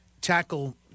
tackle